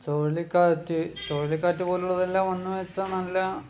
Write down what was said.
ചുഴലി കാറ്റ് ചുഴലി കാറ്റ് പോലുള്ളതെല്ലാം വന്നുവെന്ന് വെച്ചാൽ നല്ല